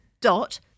dot